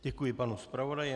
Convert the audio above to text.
Děkuji panu zpravodaji.